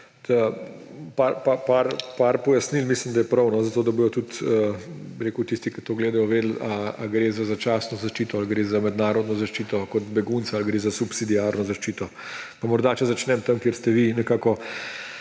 par pojasnil. Mislim, da je prav, zato da bodo tudi tisti, ki to gledajo, vedeli, ali gre za začasno zaščito, ali gre za mednarodno zaščito kot begunec, ali gre za subsidiarno zaščito. Pa morda, če začnem tam, kjer ste vi nekako